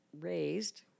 raised